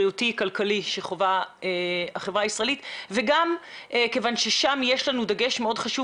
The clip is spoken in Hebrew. בריאותי וכלכלי שחווה החברה הישראלית וגם כיוון שם יש לנו דגש מאוד חשוב